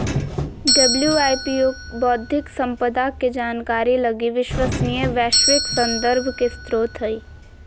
WIPO बौद्धिक संपदा के जानकारी लगी विश्वसनीय वैश्विक संदर्भ के स्रोत हइ